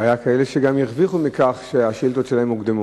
היו כאלה שגם הרוויחו מכך שהשאילתות שלהם הוקדמו.